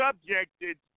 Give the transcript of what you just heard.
subjected